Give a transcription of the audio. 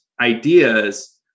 ideas